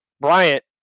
Bryant